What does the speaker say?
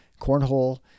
cornhole